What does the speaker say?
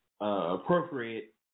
appropriate